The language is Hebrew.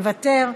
מוותר.